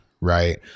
Right